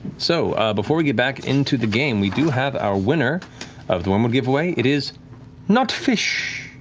so before we get back into the game, we do have our winner of the wyrmwood giveaway. it is notfishhh.